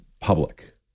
Public